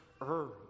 earth